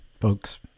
folks